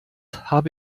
habe